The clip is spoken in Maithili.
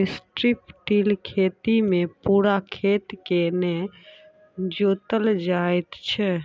स्ट्रिप टिल खेती मे पूरा खेत के नै जोतल जाइत छै